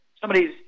Somebody's